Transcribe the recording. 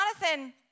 Jonathan